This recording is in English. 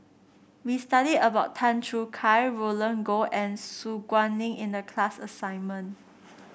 we studied about Tan Choo Kai Roland Goh and Su Guaning in the class assignment